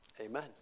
Amen